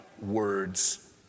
words